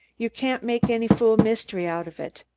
you can't make any fool mystery out of it.